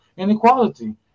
Inequality